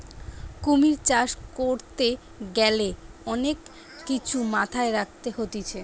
কুমির চাষ করতে গ্যালে অনেক কিছু মাথায় রাখতে হতিছে